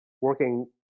working